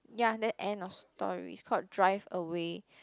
ya then end of story it's called drive away